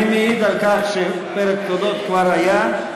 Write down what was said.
אני מעיד על כך שפרק תודות כבר היה.